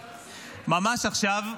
מיכל,